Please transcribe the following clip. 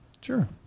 Sure